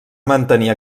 mantenir